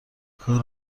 کار